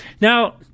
Now